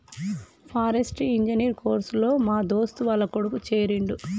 forestry engineer course లో మా దోస్తు వాళ్ల కొడుకు చేరిండు